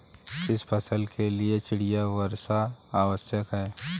किस फसल के लिए चिड़िया वर्षा आवश्यक है?